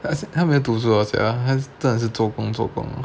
that's 他没有读书了 sia 他是真的是做工做工